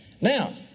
Now